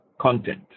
content